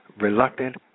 reluctant